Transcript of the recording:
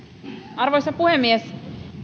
arvoisa puhemies